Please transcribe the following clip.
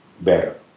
better